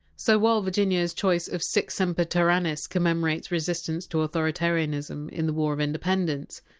so while virginia! s choice of! sic semper tyrannis! commemorates resistance to authoritarianism in the war of independence,